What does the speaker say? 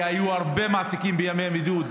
כי היו הרבה מעסיקים בימי בידוד,